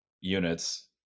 units